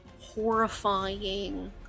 horrifying